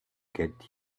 get